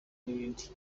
n’ibindi